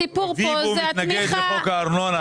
הסיפור כאן הוא הצמיחה --- ביבס מתנגד לחוק הארנונה.